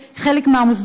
כתוב לי פה בטעות